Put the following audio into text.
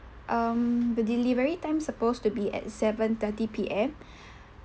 um the delivery time supposed to be at seven thirty P_M